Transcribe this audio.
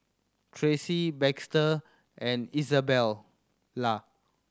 Tracie Baxter and Izabella